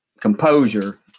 composure